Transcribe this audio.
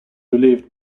relieved